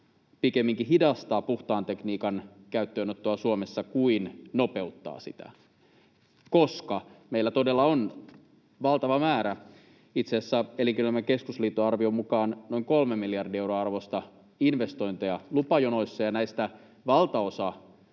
pikemminkin hidastaa puhtaan tekniikan käyttöönottoa Suomessa kuin nopeuttaa sitä, koska meillä todella on valtava määrä — itse asiassa Elinkeinoelämän keskusliiton arvion mukaan noin 3 miljardin euron arvosta — investointeja lupajonoissa, ja näistä valtaosa